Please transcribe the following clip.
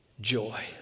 joy